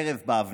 / עם חרב באבנט."